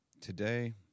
today